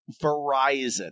Verizon